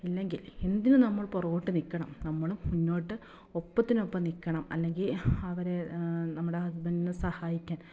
ഇല്ലെങ്കിൽ എന്തിന് നമ്മൾ പുറകോട്ട് നിൽക്കണം നമ്മൾ മുന്നോട്ട് ഒപ്പത്തിനൊപ്പം നിൽക്കണം അല്ലെങ്കിൽ അവരെ നമ്മുടെ ഹസ്ബൻ്റിനെ സഹായിക്കാൻ